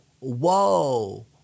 whoa